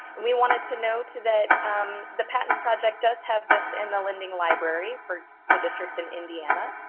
and we wanted to note that the patents project does have this in the lending library for school districts in indiana.